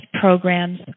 programs